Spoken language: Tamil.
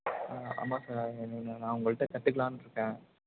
ஆ ஆமாம் சார் நான் உங்கள்கிட்ட கற்றுக்கலான்னு இருக்கேன்